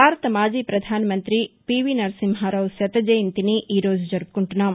భారత మాజీ పధాన మంత్రి పీవీ నరసింహారావు శత జయంతిని ఈరోజు జరుపుకుంటున్నాం